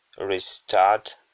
restart